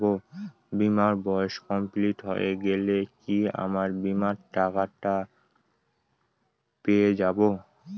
বীমার বয়স কমপ্লিট হয়ে গেলে কি আমার বীমার টাকা টা পেয়ে যাবো?